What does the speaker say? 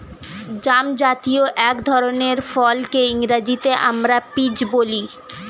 জামজাতীয় এক ধরনের ফলকে ইংরেজিতে আমরা পিচ বলি